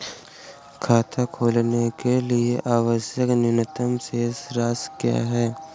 खाता खोलने के लिए आवश्यक न्यूनतम शेष राशि क्या है?